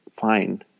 fine